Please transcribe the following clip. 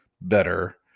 better